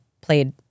played